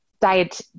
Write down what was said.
diet